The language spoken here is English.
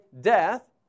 death